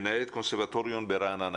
מנהלת קונסרבטוריון ברעננה.